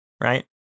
right